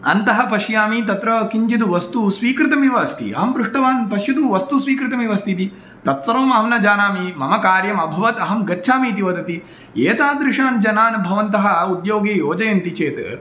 अन्तः पश्यामि तत्र किञ्चित् वस्तु स्वीकृतमिव अस्ति अहं पृष्टवान् पश्यतु वस्तु स्वीकृतमिव अस्ति इति तत्सर्वम् अहं न जानामि मम कार्यम् अभवत् अहं गच्छामि इति वदति एतादृशान् जनान् भवन्तः उद्योगिनः योजयति चेत्